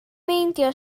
meindio